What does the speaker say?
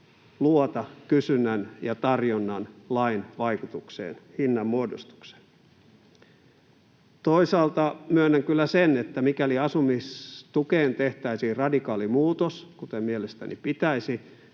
luota kysynnän ja tarjonnan lain vaikutukseen hinnan muodostukseen. Toisaalta myönnän kyllä sen, että mikäli asumistukeen tehtäisiin radikaali muutos, kuten mielestäni pitäisi,